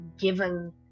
given